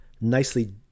nicely